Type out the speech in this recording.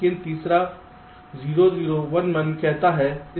लेकिन तीसरा 0 0 1 1 कहता है